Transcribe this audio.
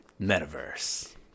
Metaverse